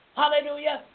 hallelujah